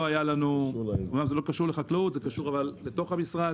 זה לא קשור לחקלאות, אבל זה קשור לתוך המשרד.